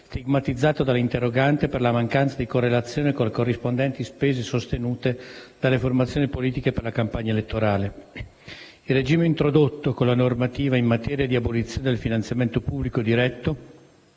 stigmatizzato dall'interrogante per la mancanza di correlazione con le corrispondenti spese sostenute dalle formazioni politiche per la campagna elettorale. Il regime introdotto con la normativa in materia di abolizione del finanziamento pubblico diretto